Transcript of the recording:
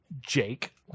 Jake